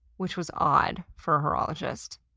which was odd for a horologist.